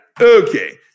Okay